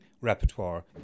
repertoire